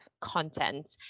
content